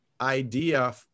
idea